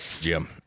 Jim